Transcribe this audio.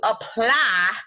apply